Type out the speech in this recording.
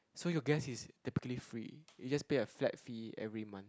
so your gas is typically free you just pay a flat fee every month